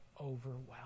overwhelmed